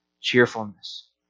cheerfulness